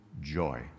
joy